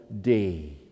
day